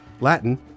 Latin